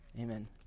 Amen